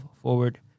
forward